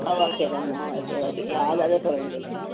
ಹಾಂ okay okay okay ಯಾವ್ದಾದ್ರೂ ತಗೊ